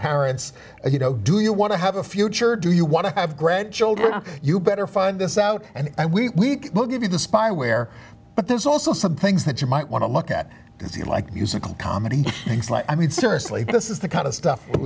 parents you know do you want to have a future or do you want to have grandchildren you better find this out and we will give you the spyware but there's also some things that you might want to look at because you like musical comedy things like i mean seriously this is the kind of stuff it